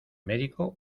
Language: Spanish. médico